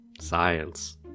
Science